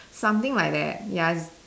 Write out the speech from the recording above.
something like that ya